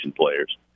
players